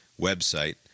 website